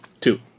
Two